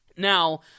Now